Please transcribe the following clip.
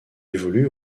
évolue